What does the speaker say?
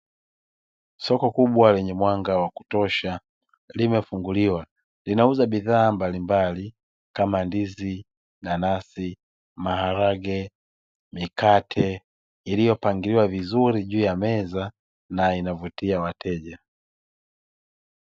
Soko kubwa lenye mwanga wa kutosha limefunguliwa linauza bidhaa mbalimbali kama ndizi, nanasi, maharage, mikate iliyopangiliwa vizuri juu ya meza na inavutia wateja.